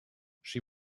she